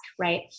Right